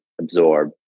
absorb